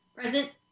Present